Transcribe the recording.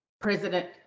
President